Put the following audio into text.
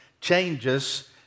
changes